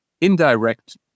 indirect